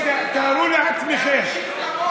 אז תארו לעצמכם,